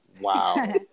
Wow